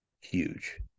huge